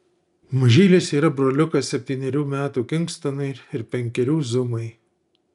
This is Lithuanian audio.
mažylis yra broliukas septynerių metų kingstonui ir penkerių zumai